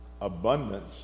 abundance